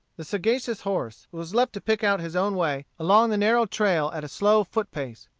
the sagacious horse was left to pick out his own way along the narrow trail at a slow foot-pace.